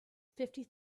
fifty